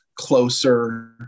closer